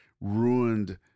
ruined